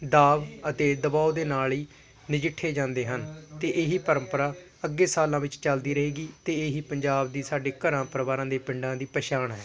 ਦਾਬ ਅਤੇ ਦਬਾਓ ਦੇ ਨਾਲ ਹੀ ਨਜਿੱਠੇ ਜਾਂਦੇ ਹਨ ਅਤੇ ਇਹ ਹੀ ਪਰੰਪਰਾ ਅੱਗੇ ਸਾਲਾਂ ਵਿੱਚ ਚੱਲਦੀ ਰਹੇਗੀ ਅਤੇ ਇਹ ਹੀ ਪੰਜਾਬ ਦੀ ਸਾਡੇ ਘਰਾਂ ਪਰਿਵਾਰਾਂ ਦੇ ਪਿੰਡਾਂ ਦੀ ਪਛਾਣ ਹੈ